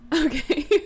Okay